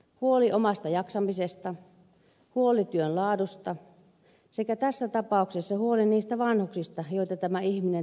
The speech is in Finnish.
huoli omasta jaksamisesta huoli työn laadusta sekä tässä tapauksessa huoli niistä vanhuksista joita tämä ihminen työkseen hoitaa